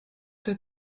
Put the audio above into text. der